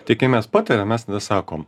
tai kai mes patariam mes nesakom